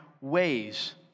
ways